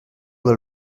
del